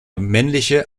männliche